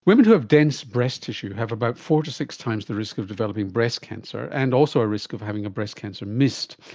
women who have dense breast tissue have about four to six times the risk of developing breast cancer, and also a risk of having a breast cancer missed.